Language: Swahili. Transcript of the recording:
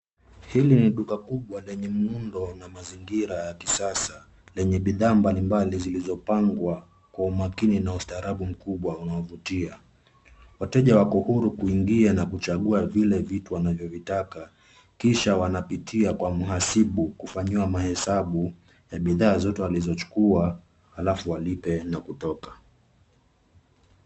Hili ni duka kubwa lenye muundo na mazingira ya kisasa lenye bidhaa mbali mbali zilizopangwa kwa umakini na ustaarabu mkubwa unaovutia. Wateja wako huru kuingia na kuchagua vile vitu wanavyovitaka, kisha wanapitia kwa mhasibu kufanyiwa mahesabu ya bidhaa zote walizochukua, alafu walipe na kutoka.